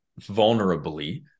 vulnerably